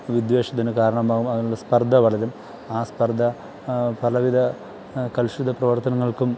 വിദ്വേഷത്തിനു കാരണമാകും അതിനുള്ളിൽ സ്പര്ദ്ധ വളരും ആ സ്പര്ദ്ധ പലവിധ കലുഷിത പ്രവര്ത്തനങ്ങള്ക്കും